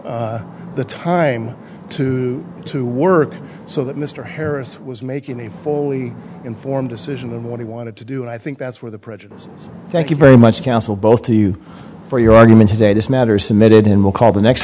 the time to to work so that mr harris was making a fully informed decision of what he wanted to do and i think that's where the prejudice thank you very much counsel both to you for your argument today this matter submitted in mccall the next